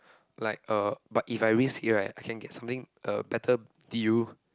like uh but if I risk it right I can get something a better deal